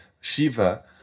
Shiva